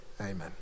Amen